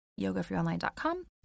yogafreeonline.com